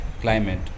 climate